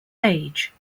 age